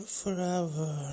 forever